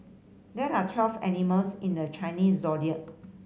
there are twelve animals in the Chinese Zodiac